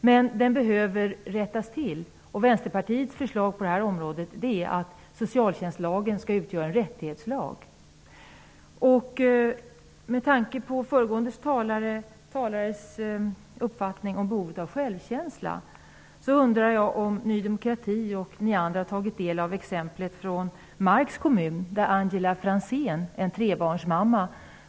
Men socialtjänstlagen behöver ändå rättas till, och Vänsterpartiets förslag är att socialtjänstlagen skall utgöra en rättighetslag. Med tanke på föregående talares uppfattning om behovet av självkänsla undrar jag om Ny demokrati och ni andra har tagit del av vad som hände trebarnsmamman Angela Franzén i Marks kommun.